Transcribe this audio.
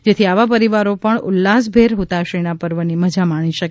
જેથી આવા પરિવારો પણ ઉલ્લાસભેર હતાશણીના પર્વની મજા માણી શકે